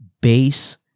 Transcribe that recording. Base